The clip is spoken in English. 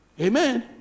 amen